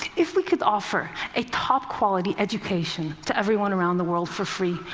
if we could offer a top quality education to everyone around the world for free,